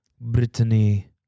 Brittany